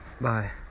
bye